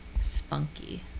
spunky